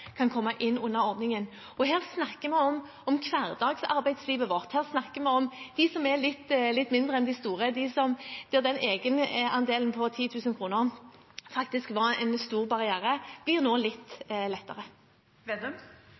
kan komme inn under ordningen. Her snakker vi om hverdagsarbeidslivet vårt, her snakker vi om dem som er litt mindre enn de store. For dem som egenandelen på 10 000 kr faktisk var en stor barriere for, blir det nå litt